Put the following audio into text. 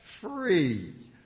free